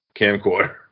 camcorder